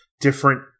different